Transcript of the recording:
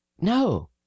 No